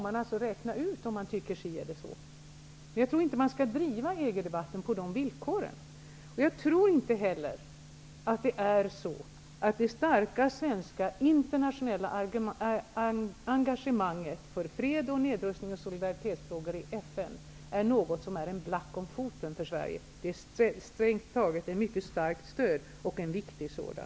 Jag tror inte att man skall driva EG-debatten på de villkoren. Jag tror inte heller att det är så att det starka svenska internationella engagemanget för fred, nedrustning och solidaritetsfrågor i FN är en black om foten för Sverige. Det skapar i stället ett mycket starkt och viktigt stöd.